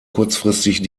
kurzfristig